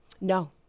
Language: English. No